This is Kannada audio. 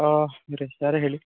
ಹಾಂ ಬೀರೇಶ್ ಯಾರು ಹೇಳಿ